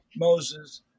Moses